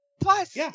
plus